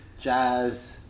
Jazz